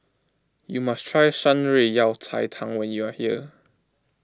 you must try Shan Rui Yao Cai Tang when you are here